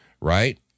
right